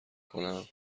کنم